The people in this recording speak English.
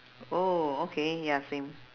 oh okay ya same